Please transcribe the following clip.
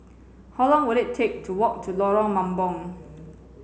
how long will it take to walk to Lorong Mambong